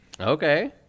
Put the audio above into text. Okay